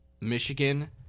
Michigan